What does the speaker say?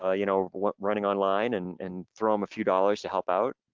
ah you know running online and and throw him a few dollars to help out.